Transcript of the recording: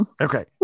Okay